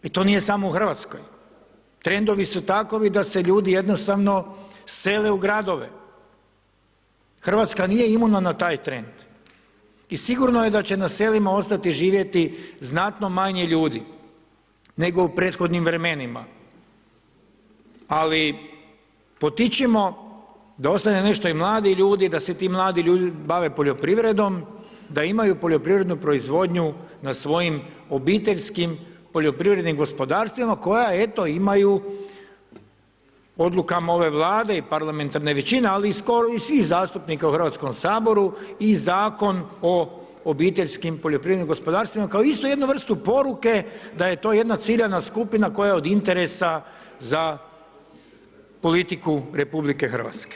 I to nije samo u Hrvatskoj, trendovi su takovi da se ljudi jednostavno sele u gradove, Hrvatska nije imuna na taj trend i sigurno je da će na selima ostati živjeti znatno manje ljudi nego u prethodnim vremenima, ali potičimo da ostane nešto i mladih ljudi da se ti mladi ljudi bave poljoprivrednom da imaju poljoprivrednu proizvodnju na svojim obiteljskim poljoprivrednim gospodarstvima koja eto imaju, odlukama ove Vlade i parlamentarne većine, ali i skoro svih zastupnika u Hrvatskom saboru i Zakon o obiteljskim poljoprivrednim gospodarstvima kao isto jednu vrstu poruke da je to jedna ciljana skupina koja je od interesa za politiku RH.